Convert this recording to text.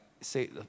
say